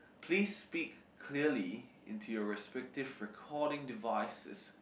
please speak clearly into your respective recording devices